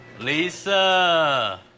Lisa